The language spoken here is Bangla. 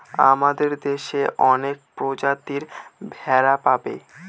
আমাদের দেশে অনেক প্রজাতির ভেড়া পাবে